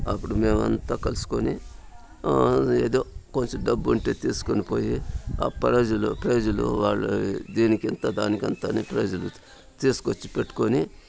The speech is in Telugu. అప్పుడు మేవంతా కలుసుకొని ఏదో కొంచెం డబ్బు ఉంటే తీసుకుని పోయి ఆ ప్రైజులు ప్రైజులు వాళ్ళవి దీనికింతా దానికెంతని ప్రైజులు తీసుకొచ్చి పెట్టుకొని